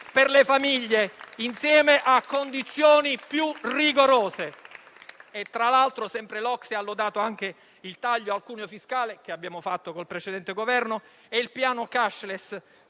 per le famiglie, insieme a condizioni più rigorose». Tra l'altro, sempre l'OCSE ha lodato anche il taglio del cuneo fiscale che abbiamo fatto con il precedente Governo e il piano *cashless*,